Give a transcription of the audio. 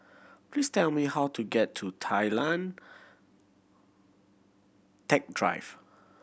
please tell me how to get to Tay Lian Teck Drive